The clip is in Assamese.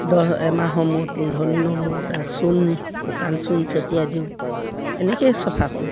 দহ এমাহৰ মূৰত পোন্ধৰ দিনৰ মূৰত চূণ শুকান চূণ ছটিয়াই দিওঁ এনেকৈয়ে চফা কৰোঁ